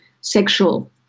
sexual